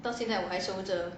到现在我还收着